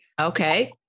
Okay